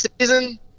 season –